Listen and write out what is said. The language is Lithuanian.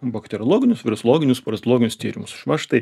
bakteriologinius virusologinius paratloginius tyrimus va štai